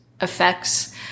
effects